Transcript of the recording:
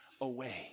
away